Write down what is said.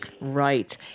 Right